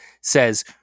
says